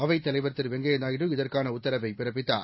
அவைத்தலைவர் திரு வெங்கையா நாயுடு இதற்கான உத்தரவை பிறப்பித்தார்